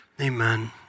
Amen